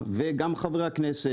טוב תעשה המדינה וגם חברי הכנסת,